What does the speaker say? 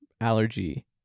allergy